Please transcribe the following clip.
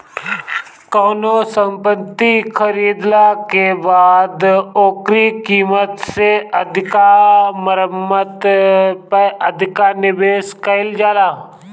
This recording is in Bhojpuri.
कवनो संपत्ति खरीदाला के बाद ओकरी कीमत से अधिका मरम्मत पअ अधिका निवेश कईल जाला